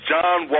John